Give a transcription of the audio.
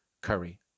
Curry